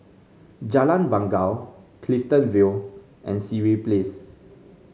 Jalan Bangau Clifton Vale and Sireh Place